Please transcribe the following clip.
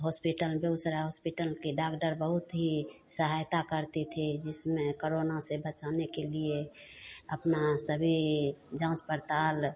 hospital Begusarai hospital के doctor बहुत ही सहायता करते थे जिसमें करोना से बचाने के लिए अपना सभी जाँच पड़ताल